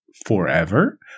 Forever